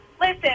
Listen